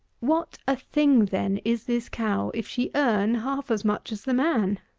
what a thing, then, is this cow, if she earn half as much as the man!